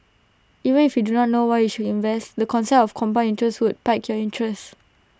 even if you do not know why you should invest the concept of compound interest would pique your interest